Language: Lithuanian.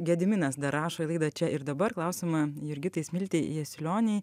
gediminas dar rašo į laidą čia ir dabar klausimą jurgitai smiltei jasiulionei